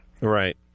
Right